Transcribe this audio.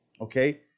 Okay